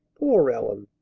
poor ellen!